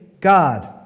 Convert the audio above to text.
God